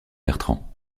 bertrand